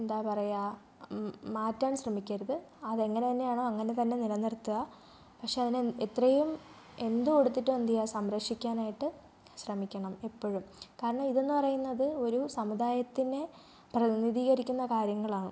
എന്താ പറയുക മാറ്റാൻ ശ്രമിക്കരുത് അതെങ്ങനെ തന്നെയാണോ അങ്ങനെ തന്നെ നില നിർത്തുക പക്ഷെ അതിന് എത്രെയും എന്ത് കൊടുത്തിട്ടും എന്തെയ്യാ സംരക്ഷിക്കാനായിട്ട് ശ്രമിക്കണം എപ്പോഴും കാരണം ഇതെന്ന് പറയുന്നത് ഒരു സമുദായത്തിനെ പ്രതിനിധീകരിക്കുന്ന കാര്യങ്ങളാണ്